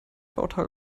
bauteil